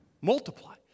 multiply